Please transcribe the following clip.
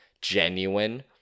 genuine